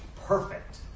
perfect